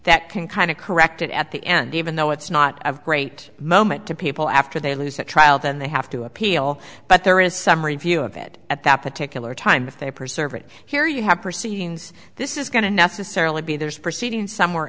that can kind of correct it at the end even though it's not of great moment to people after they lose the trial then they have to appeal but there is some review of it at that particular time if they preserve it here you have proceedings this is going to necessarily be there is proceeding somewhere